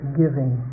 giving